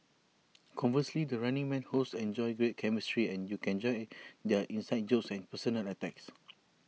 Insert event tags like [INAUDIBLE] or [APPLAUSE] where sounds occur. [NOISE] conversely the running man hosts enjoy great chemistry and you can enjoy their inside jokes and personal attacks [NOISE]